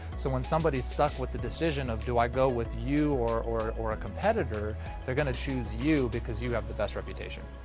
so when somebody's stuck with the decision of do i go with you or or a competitor there're going to choose you because you have the best reputation.